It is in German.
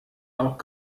auch